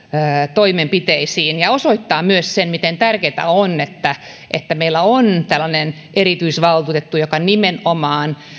toimenpiteisiin ja se osoittaa myös sen miten tärkeätä on että että meillä on tällainen erityisvaltuutettu joka nimenomaan